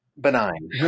benign